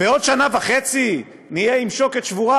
בעוד שנה וחצי נהיה מול שוקת שבורה.